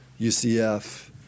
UCF